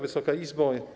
Wysoka Izbo!